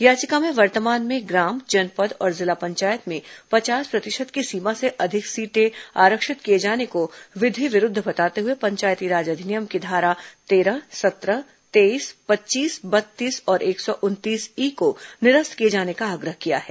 याचिका में वर्तमान में ग्राम जनपद और जिला पंचायत में पचास प्रतिशत की सीमा से अधिक सीटें आरक्षित किए जाने को विधि विरूद्व बताते हुए पंचायती राज अधिनियम की धारा तेरह सत्रह तेईस पच्चीस बत्तीस और एक सौ उनतीस ई को निरस्त किए जाने का आग्रह किया गया है